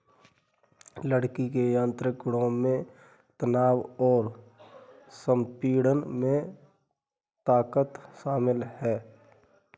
लकड़ी के यांत्रिक गुणों में तनाव और संपीड़न में ताकत शामिल है